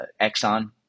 Exxon